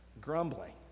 grumbling